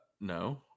no